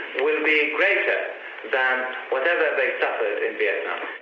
will be greater than whatever they yeah